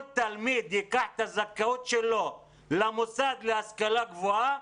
תלמיד ייקח את הזכאות שלו למוסד להשכלה גבוהה